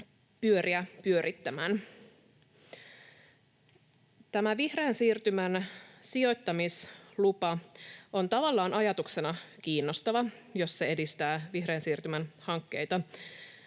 pyöriä pyörittämään. Tämä vihreän siirtymän sijoittamislupa on tavallaan ajatuksena kiinnostava, jos se edistää vihreän siirtymän hankkeita.